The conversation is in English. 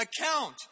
account